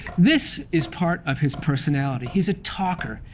this is part of his personality. he's a talker.